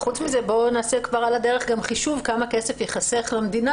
אפשר לעשות על הדרך חישוב כמה כסף יחסך למדינה